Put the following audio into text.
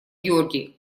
георгий